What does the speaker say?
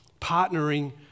partnering